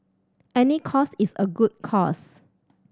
any cause is a good cause